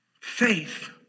Faith